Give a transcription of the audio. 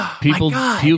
People